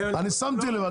אני שמתי לב,